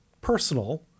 personal